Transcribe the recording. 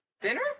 Dinner